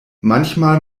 manchmal